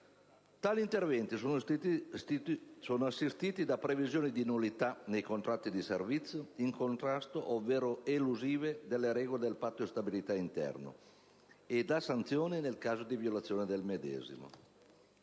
Tali interventi sono assistiti da previsioni di nullità dei contratti di servizio in contrasto ovvero elusivi delle regole del Patto di stabilità interno e da sanzioni nel caso di violazione del medesimo.